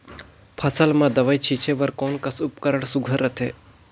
फसल म दव ई छीचे बर कोन कस उपकरण सुघ्घर रथे?